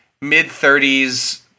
mid-30s